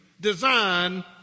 design